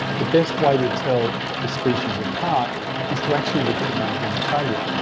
the best way to tell the species apart is to actually look at the male genitalia.